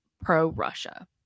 pro-russia